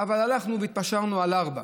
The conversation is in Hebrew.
אבל הלכנו והתפשרנו על ארבע.